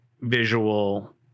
visual